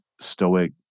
stoic